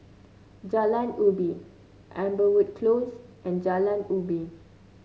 Jalan Ubi Amberwood Close and Jalan Ubi